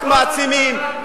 רק מעצימים.